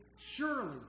surely